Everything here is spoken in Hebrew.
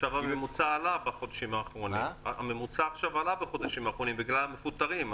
הממוצע בחודשים האחרונים עלה בגלל המפוטרים,